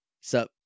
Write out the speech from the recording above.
sup